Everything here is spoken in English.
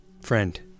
friend